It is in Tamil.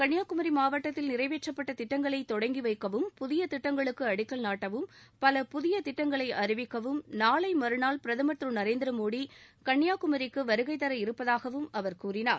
கன்னியாகுமரி மாவட்டத்தில் நிறைவேற்றப்பட்ட திட்டங்களை தொடங்கிவைக்கவும் புதிய திட்டங்களுக்கு அடிக்கல் நாட்டவும் பல புதிய திட்டங்களை அறிவிக்கவும் நாளை மறுநாள் பிரதமர் திரு நரேந்திர மோடி கன்னியாகுமரிக்கு வருகைதர இருப்பதாகவும் அவர் கூறினார்